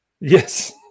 Yes